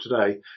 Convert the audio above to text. today